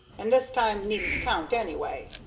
and this time needn't count, anyway,